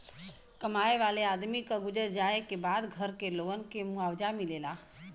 कमाए वाले आदमी क गुजर जाए क बाद घर के लोगन के मुआवजा मिलेला